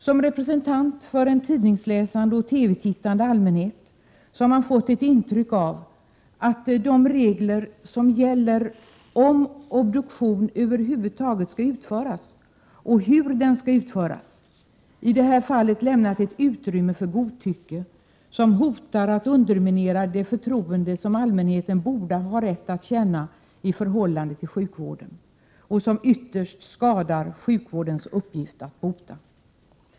Som representant för en tidningsläsande och TV-tittande allmänhet har man fått ett intryck av att de regler som gäller om huruvida obduktion över huvud taget skall utföras och hur den skall utföras i det här fallet har lämnat ett utrymme för godtycke, som hotar att underminera det förtroende som allmänheten borde ha rätt att känna i förhållande till sjukvården och som ytterst skadar sjukvårdens möjligheter att bota.